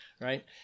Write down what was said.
right